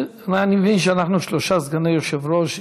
אני מבין שאנחנו שלושה סגני יושב-ראש,